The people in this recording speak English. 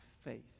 faith